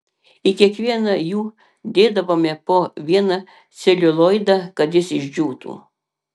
į kiekvieną jų dėdavome po vieną celiulioidą kad jis išdžiūtų